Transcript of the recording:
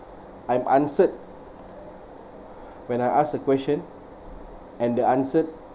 I'm answered when I asked a question and the answer